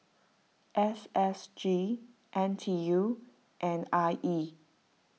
S S G N T U and I E